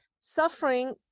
suffering